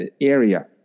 area